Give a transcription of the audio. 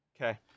Okay